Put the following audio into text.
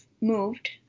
moved